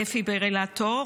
דפיברילטור,